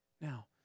Now